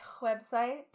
website